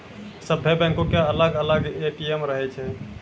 सभ्भे बैंको के अलग अलग ए.टी.एम रहै छै